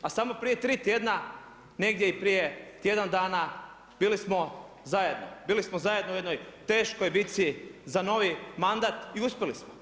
A samo prije tri tjedna, negdje i prije tjedan dana bili smo zajedno, bilo smo zajedno u jednoj teškoj biti za jedan mandat i uspjeli smo.